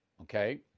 okay